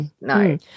No